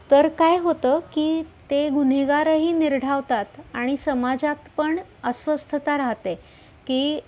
तर काय होतं की ते गुन्हेगारही निर्ढावतात आणि समाजात पण अस्वस्थता राहते की